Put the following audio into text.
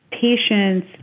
patients